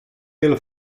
míle